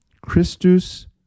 Christus